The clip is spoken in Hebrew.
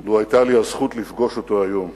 לו היתה לי הזכות לפגוש אותו היום.